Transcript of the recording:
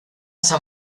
san